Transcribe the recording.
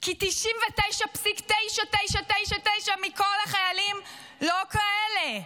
כי 99.999% מכל החיילים לא כאלה.